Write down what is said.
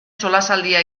solasaldia